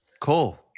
Cool